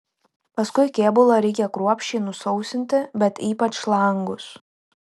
paskui kėbulą reikia kruopščiai nusausinti bet ypač langus